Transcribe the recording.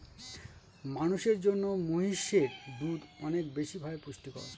মানুষের জন্য মহিষের দুধ অনেক বেশি ভাবে পুষ্টিকর